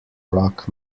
rock